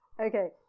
okay